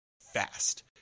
fast